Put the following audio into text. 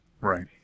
Right